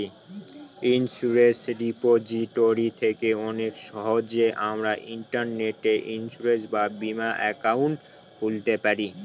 insurance repository থেকে অনেক সহজেই আমরা ইন্টারনেটে ইন্সুরেন্স বা বীমা একাউন্ট খুলতে পারি